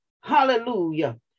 Hallelujah